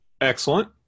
Excellent